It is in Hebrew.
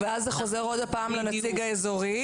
ואז זה חוזר שוב לנציג האזורי,